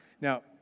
Now